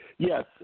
Yes